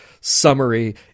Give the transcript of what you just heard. summary